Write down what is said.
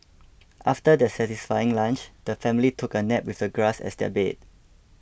after their satisfying lunch the family took a nap with the grass as their bed